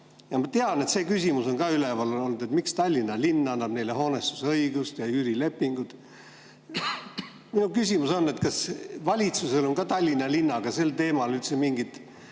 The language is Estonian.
Ma tean, et see küsimus on üleval olnud, miks Tallinna linn annab neile hoonestusõiguse ja üürilepingu. Mu küsimus on, kas valitsusel on Tallinna linnaga sel teemal üldse mingit